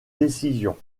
décisions